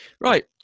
Right